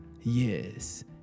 yes